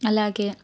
అలాగే